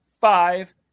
five